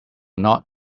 not